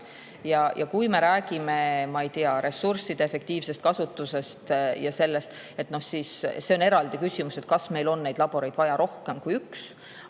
Kui me räägime, ma ei tea, ressursside efektiivsest kasutusest, siis on eraldi küsimus, kas meil on neid laboreid vaja rohkem kui üks,